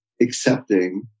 accepting